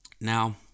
Now